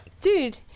Dude